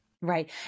Right